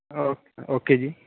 okay okay ਜੀ